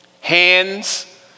Hands